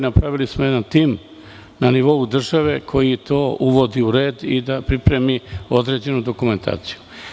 Napravili smo jedan tim na nivou države koji to uvodi u red i priprema određenu dokumentaciju.